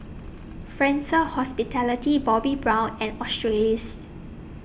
Fraser Hospitality Bobbi Brown and Australis's